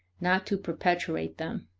not to perpetuate them.